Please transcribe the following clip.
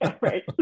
Right